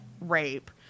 rape